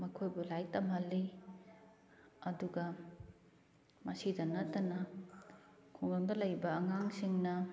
ꯃꯈꯣꯏꯕꯨ ꯂꯥꯏꯔꯤꯛ ꯇꯝꯍꯜꯂꯤ ꯑꯗꯨꯒ ꯃꯁꯤꯗ ꯅꯠꯇꯅ ꯈꯨꯡꯒꯪꯗ ꯂꯩꯕ ꯑꯉꯥꯡꯁꯤꯡꯅ